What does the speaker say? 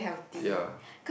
ya